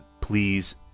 please